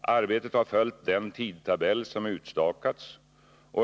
Arbetet har följt den tidtabell som utstakats.